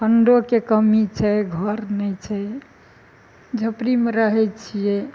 फण्डोके कमी छै घर नहि छै झोपड़ीमे रहै छियै